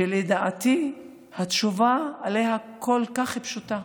שלדעתי התשובה עליה כל כך פשוטה.